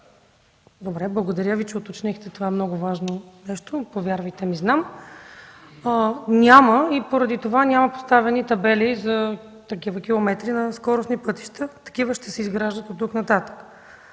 Добре, благодаря Ви, че уточнихте това много важно нещо. Повярвайте ми, знам. Поради това няма поставени табели за такива километри на скоростните пътища. Такива ще се изграждат оттук-нататък.